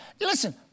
Listen